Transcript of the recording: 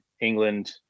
England